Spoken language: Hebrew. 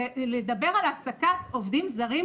זה לדבר על העסקת עובדים זרים,